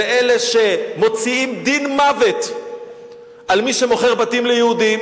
זה אלה שמוציאים דין מוות על מי שמוכר בתים ליהודים,